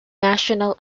national